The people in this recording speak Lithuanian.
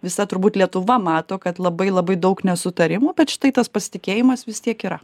visa turbūt lietuva mato kad labai labai daug nesutarimų bet štai tas pasitikėjimas vis tiek yra